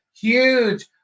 huge